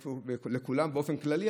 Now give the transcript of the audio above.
לכולם באופן כללי,